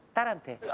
don't think